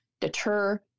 deter